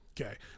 Okay